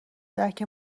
درک